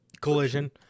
Collision